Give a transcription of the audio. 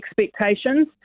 expectations